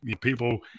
People